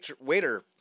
waiter